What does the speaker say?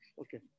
okay